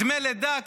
דמי לידה,